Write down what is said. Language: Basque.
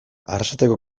arrasateko